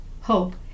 hope